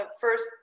first